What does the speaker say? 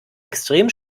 extrem